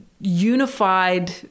unified